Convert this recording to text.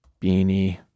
Beanie